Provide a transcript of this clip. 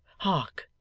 hark!